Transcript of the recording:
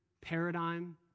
paradigm